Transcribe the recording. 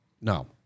no